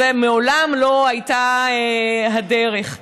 זו מעולם לא הייתה הדרך.